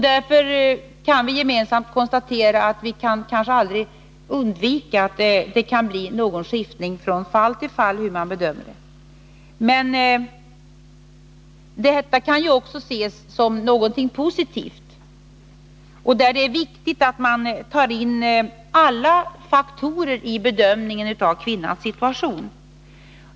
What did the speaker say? Därför kan vi gemensamt konstatera att vi kanske aldrig kan undvika att det blir någon skiftning från fall till fall i bedömningen av ärendena. Men detta kan ju också ses som någonting positivt, och det är viktigt att man tar in alla faktorer i bedömningen av kvinnans situation.